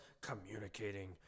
communicating